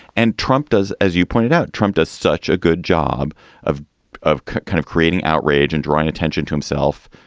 and trump does, as you pointed out, trump does such a good job of of kind of creating outrage and drawing attention to himself.